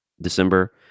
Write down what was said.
December